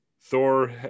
Thor